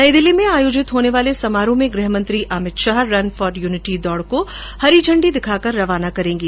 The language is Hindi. नई दिल्ली में आयोजित होने वाले समारोह में गृहमंत्री Amit Shah run for unity दौड को हरी झण्डी दिखाकर रवाना करेंगे